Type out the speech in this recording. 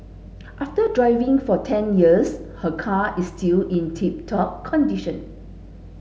after driving for ten years her car is still in tip top condition